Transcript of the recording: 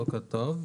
בוקר טוב.